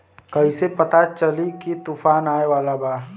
कइसे पता चली की तूफान आवा वाला बा?